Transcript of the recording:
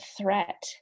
threat